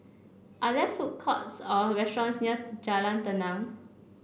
are there food courts or restaurants near Jalan Tenang